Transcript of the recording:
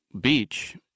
beach